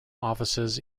offices